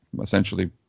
essentially